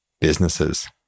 businesses